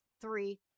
three